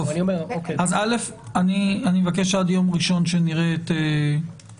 אז אני מבקש שעד יום ראשון שנראה את הנוסחים.